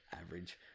average